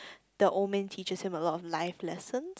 that old man teaches him a lot of life lessons